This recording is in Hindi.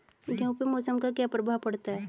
गेहूँ पे मौसम का क्या प्रभाव पड़ता है?